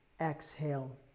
exhale